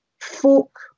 folk